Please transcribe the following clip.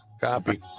Copy